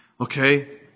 Okay